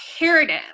imperative